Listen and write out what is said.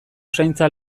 zaintza